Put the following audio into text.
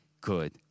good